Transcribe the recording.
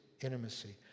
intimacy